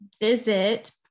visit